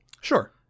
Sure